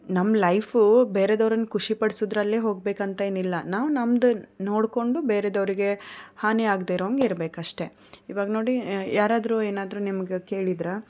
ನಮ್ಮ ಲೈಫು ಬೇರೆಯವರನ್ನ ಖುಷಿ ಪಡಿಸೋದರಲ್ಲೆ ಹೋಗಬೇಕಂತ ಏನೂ ಇಲ್ಲ ನಾವು ನಮ್ಮದೇ ನೋಡಿಕೊಂಡು ಬೇರೆಯವ್ರಿಗೆ ಹಾನಿ ಆಗದೇ ಇರೋವಂಗೆ ಇರ್ಬೇಕು ಅಷ್ಟೆ ಇವಾಗ ನೋಡಿ ಯಾರಾದರೂ ಏನಾದರೂ ನಿಮಗೆ ಕೇಳಿದ್ರಾ